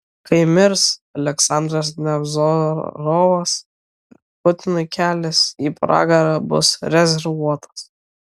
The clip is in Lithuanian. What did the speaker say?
kai mirs aleksandras nevzorovas putinui kelias į pragarą bus rezervuotas